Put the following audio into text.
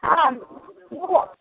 ହଁ ମୁଁ